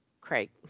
Craig